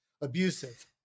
Abusive